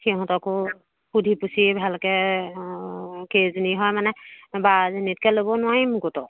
সিহঁতকো সুধি পুচি ভালকৈ অ কেইজনী হয় মানে বাৰজনীতকৈ ল'ব নোৱাৰিম গোটৰ